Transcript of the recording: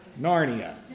Narnia